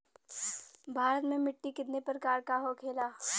भारत में मिट्टी कितने प्रकार का होखे ला?